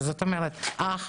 אח,